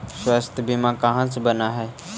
स्वास्थ्य बीमा कहा से बना है?